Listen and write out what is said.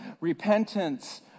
Repentance